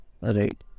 right